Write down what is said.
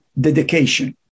dedication